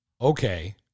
Okay